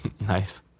Nice